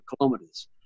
kilometers